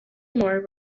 more